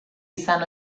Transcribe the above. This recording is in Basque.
izan